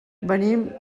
venim